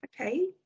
Okay